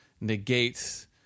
negates